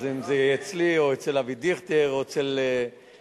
אז אם זה יהיה אצלי או אצל אבי דיכטר או אצל ידידי,